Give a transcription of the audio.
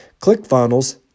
ClickFunnels